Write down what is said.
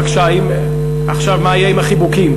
בבקשה, האם, עכשיו, מה יהיה עם החיבוקים?